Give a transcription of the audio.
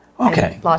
Okay